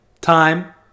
Time